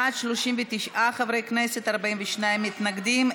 בעד, 39 חברי כנסת, 42 מתנגדים.